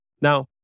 Now